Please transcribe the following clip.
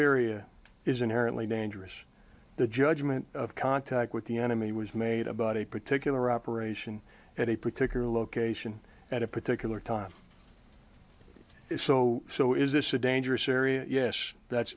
area is inherently dangerous the judgment of contact with the enemy was made about a particular operation at a particular location at a particular time so so is this a dangerous area yes that